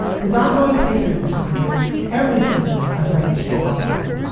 whose ongoing patronage has made every season of high high nation possible.